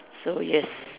so yes